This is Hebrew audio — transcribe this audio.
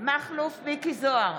מכלוף מיקי זוהר,